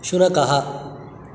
शुनकः